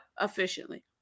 efficiently